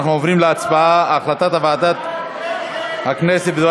אנחנו עוברים להצבעה על החלטת ועדת הכנסת בדבר